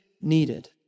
needed